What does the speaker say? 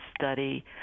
study